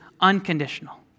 unconditional